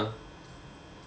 uh